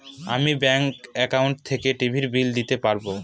আমি ব্যাঙ্কের একাউন্ট থেকে টিভির বিল দিতে পারবো